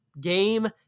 game